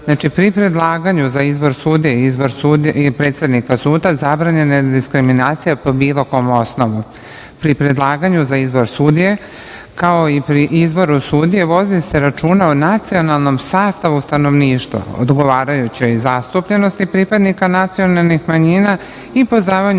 pri predlaganju za izbor sudija i predsednika suda zabranjena je diskriminacija po bilo kom osnovu. Pri predlaganju za izbor sudije, kao i pri izboru sudija, vodi se računa o nacionalnom sastavu stanovništva, odgovarajućoj zastupljenosti pripadnika nacionalnih manjina i poznavanju